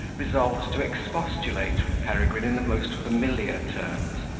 resolved to expostulate with peregrine in the most familiar terms,